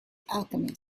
alchemist